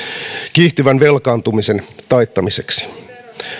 kiihtyvän velkaantumisen taittamiseksi